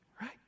right